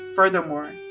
Furthermore